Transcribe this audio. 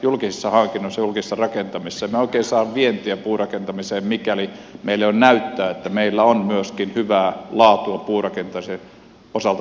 emme me oikein saa vientiä puurakentamiseen mikäli meillä ei ole näyttää että meillä on myöskin hyvää laatua puurakentamisen osalta täällä suomessa